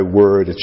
word